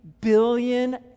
billion